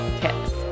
tips